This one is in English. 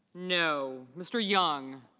no. mr. young